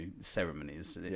ceremonies